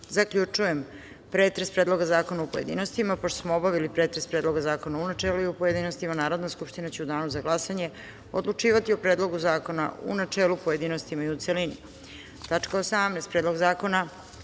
zaključujem pretres Predloga zakona, u pojedinostima. Pošto smo obavili pretres Predloga u načelu i u pojedinostima, Narodna skupština će u danu za glasanje odlučivati p Predlogu zakona u načelu, pojedinostima i u celini.18.